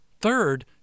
Third